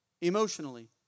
emotionally